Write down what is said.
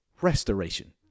restoration